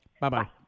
Bye-bye